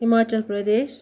Himachal Pradesh